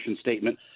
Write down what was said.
statement